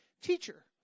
teacher